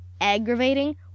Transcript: Aggravating